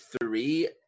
three